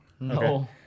No